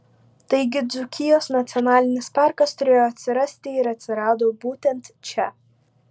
taigi dzūkijos nacionalinis parkas turėjo atsirasti ir atsirado būtent čia